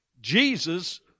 Jesus